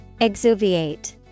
Exuviate